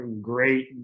great